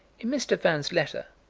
in mr. vans' letter,